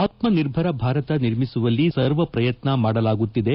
ಆತ್ಸನಿರ್ಭರ ಭಾರತ ನಿರ್ಮಿಸುವಲ್ಲಿ ಸರ್ವ ಪ್ರಯತ್ನ ಮಾಡಲಾಗುತ್ತಿದೆ